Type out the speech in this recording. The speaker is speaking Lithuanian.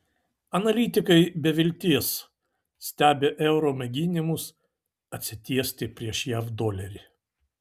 analitikai be vilties stebi euro mėginimus atsitiesti prieš jav dolerį